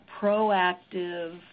proactive